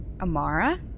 Amara